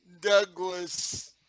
Douglas